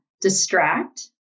distract